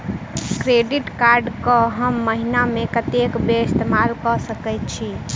Credit card कऽ हम महीना मे कत्तेक बेर इस्तेमाल कऽ सकय छी?